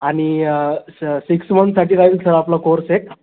आणि स सिक्स मंथसाठी राहील सर आपला कोर्स एक